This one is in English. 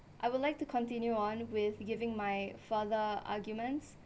I would like to continue on with giving my further arguments